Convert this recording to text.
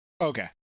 okay